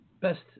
best